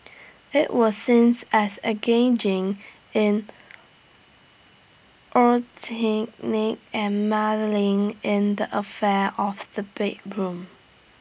IT was since as engaging in eugenic and meddling in the affair of the bedroom